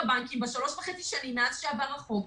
הבנקים בשלוש וחצי השנים מאז שעבר החוק.